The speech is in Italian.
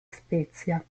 spezia